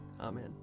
Amen